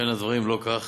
הדברים אינם כך.